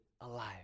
alive